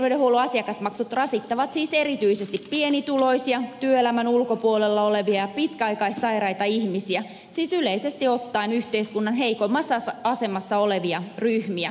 sosiaali ja terveydenhuollon asiakasmaksut rasittavat siis erityisesti pienituloisia työelämän ulkopuolella olevia ja pitkäaikaissairaita ihmisiä siis yleisesti ottaen yhteiskunnan heikoimmassa asemassa olevia ryhmiä